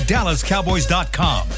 DallasCowboys.com